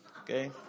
Okay